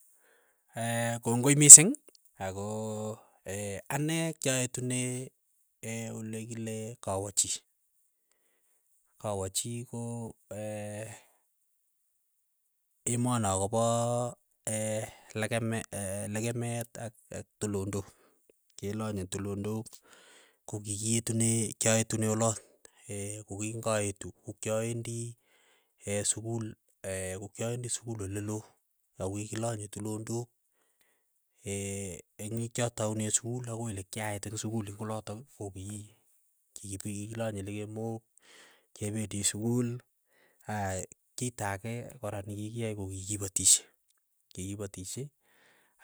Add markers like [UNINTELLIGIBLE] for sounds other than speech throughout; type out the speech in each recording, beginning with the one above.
[HESITATION] kongoi mising, ako ane kyaetune [HESITATION] olekile kawachii, kawachii ko [HESITATION] emeno kopa [HESITATION] lekeme [HESITATION] lekemeet ak ak tulondok, kelanye tulondok kokikietune kyaetune olat, [HESITATION] koking'aetu ko kyawendi [HESITATION] sukul [HESITATION] ko kyawendi sukul ole loo, ako kikilanye tulondok [HESITATION] eng' yikyataune sukul akoi likyait eng' sukul ing' olatok ko ki kilanye lekemook kependi sukul aii, kita ake kora nikikiae kokikipatishe, kikipatishe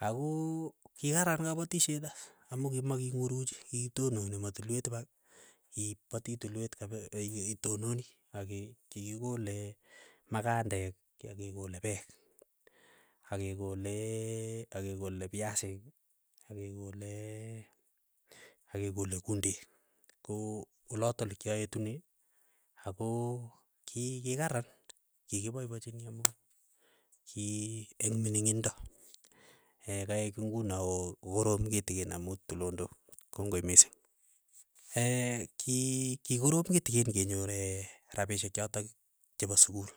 ako kikaran kapatishet as, amu kimaking'uruchi, kikitononi matulwet ipak, ii pati tulwet kap [UNINTELLIGIBLE] itononi akin kikikole makandek akekole peek, akekole akekole piasiik akekole akekole kundek, ko olatok likyaetune ako ki kikaran, kikipaipachini amu ki eng mining' ingdo, [HESITATION] kaek nguno ko kokoroom kitikin amu tulondok, kongoi mising, [HESITATION] kii kikorom kitikin kenyor [HESITATION] rapishek chotok chepo sukul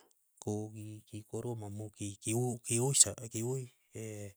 ko kikikorom amu ki- kiu- kiuui sape kiuui.